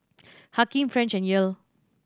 Hakim French and Yael